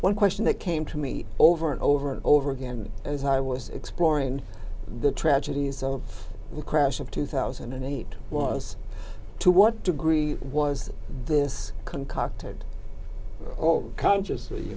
one question that came to me over and over and over again as i was exploring the tragedies of the crash of two thousand and eight was to what degree was this concocted all consciously